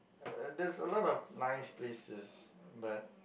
uh there's a lot of nice places but